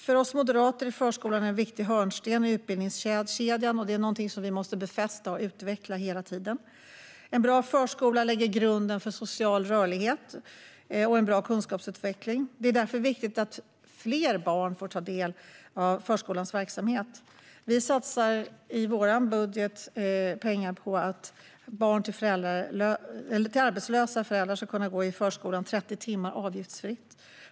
För oss moderater är förskolan en viktig hörnsten i utbildningskedjan, och det är någonting som vi måste befästa och utveckla hela tiden. En bra förskola lägger grunden för social rörlighet och en bra kunskapsutveckling. Det är därför viktigt att fler barn får ta del av förskolans verksamhet. Vi satsar i vår budget pengar på att barn till arbetslösa föräldrar ska kunna gå i förskolan 30 timmar avgiftsfritt.